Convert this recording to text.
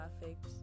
perfect